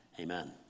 amen